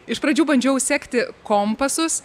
iš pradžių bandžiau sekti kompasus